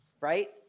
right